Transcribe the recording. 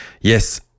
yes